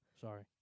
Sorry